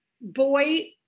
boy